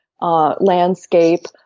landscape